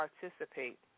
participate